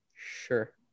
Sure